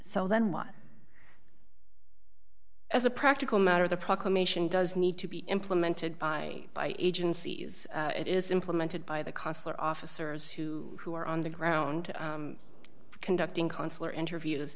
so then why as a practical matter the proclamation does need to be implemented by agencies it is implemented by the consular officers who who are on the ground conducting consular interviews